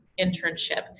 internship